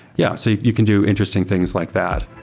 yeah. so you can do interesting things like that